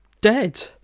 dead